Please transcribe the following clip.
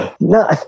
No